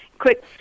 Quick